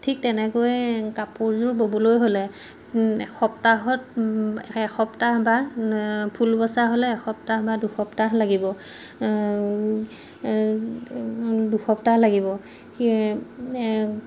ঠিক তেনেকৈ কাপোৰযোৰ ব'বলৈ হ'লে এসপ্তাহত এসপ্তাহ বা ফুল বচা হ'লে এসপ্তাহ বা দুসপ্তাহ লাগিব দুসপ্তাহ লাগিব